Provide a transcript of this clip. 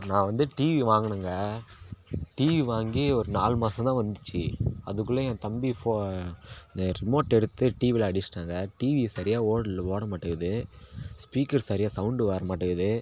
நான் வந்து டிவி வாங்கினேங்க டிவி வாங்கி ஒரு நாலு மாதம் தான் வந்துச்சு அதுக்குள்ளேயும் என் தம்பி ஃபோ இந்த ரிமோட் எடுத்து டிவியில் அடிச்சிட்டான் சார் டிவி சரியாக ஓடல ஓட மாட்டேங்கிது ஸ்பீக்கர் சரியாக சௌண்டு வர மாட்டேங்கிது